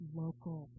local